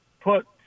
put